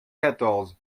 quatorze